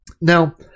now